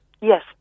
Yes